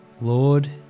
Lord